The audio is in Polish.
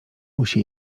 musi